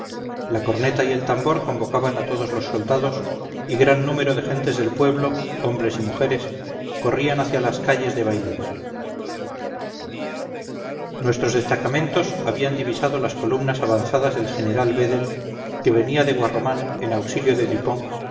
la corneta y el tambor convocaban a todos los soldados y gran número de gentes del pueblo hombres y mujeres corrían hacia las calles de bailén nuestros destacamentos habían divisado las columnas avanzadas del general vedel que venía de guarromán en auxilio de